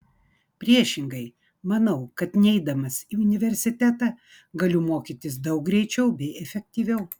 priešingai manau kad neidamas į universitetą galiu mokytis daug greičiau bei efektyviau